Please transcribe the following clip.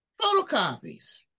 Photocopies